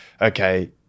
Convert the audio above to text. okay